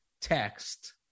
text